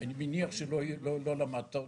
אני מניח שלא למדת אותו.